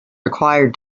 require